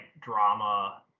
drama